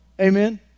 Amen